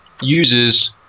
uses